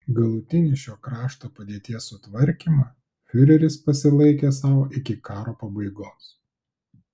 galutinį šio krašto padėties sutvarkymą fiureris pasilaikė sau iki karo pabaigos